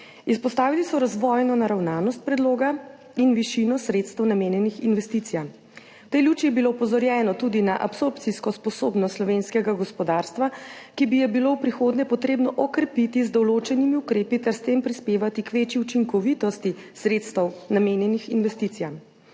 Izpostavili so razvojno naravnanost predloga in višino sredstev, namenjenih investicijam. V tej luči je bilo opozorjeno tudi na absorpcijsko sposobnost slovenskega gospodarstva, ki bi jo bilo v prihodnje potrebno okrepiti z določenimi ukrepi ter s tem prispevati k večji učinkovitosti sredstev, namenjenih investicijam.